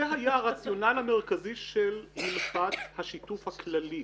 זה היה הרציונל המרכזי של הלכת השיתוף הכללי.